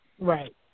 Right